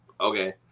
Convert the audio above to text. Okay